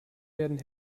werden